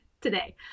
today